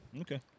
Okay